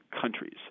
countries